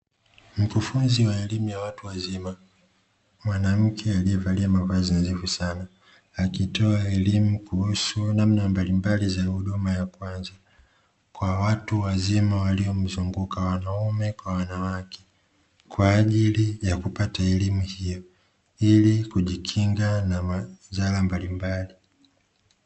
Mkufunzi wa elimu ya watu wazima mwanamke aliyevalia mavazi nadhifu sana, akitoa elimu kuhusu namna mbalimbali za huduma ya kwanza kwa watu wazima waliomzunguka wanaume kwa wanawake kwa ajili ya kupata elimu hiyo ili kujikinga na madhara mbalimbali.